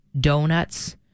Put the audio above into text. donuts